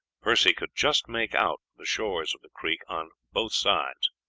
percy could just make out the shores of the creek on both sides